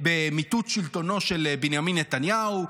במיטוט שלטונו של בנימין נתניהו.